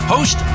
Host